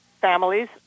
families